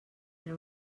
era